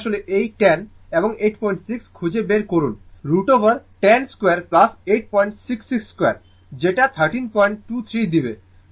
এটি আসলে এই 10 এবং 86 খুঁজে বের করুন 102√ ওভার 8662 যেটা 1323 দিবে